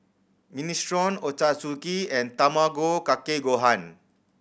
Minestrone Ochazuke and Tamago Kake Gohan